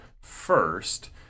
first